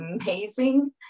amazing